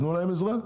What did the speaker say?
תנו להם עזרה.